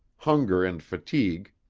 hunger and fatigue,